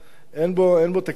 אין בו תקציב,